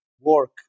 work